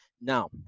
now